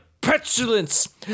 petulance